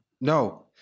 No